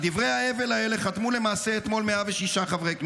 על דברי ההבל האלו חתמו למעשה אתמול 106 חברי כנסת,